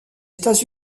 états